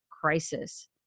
crisis